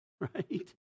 Right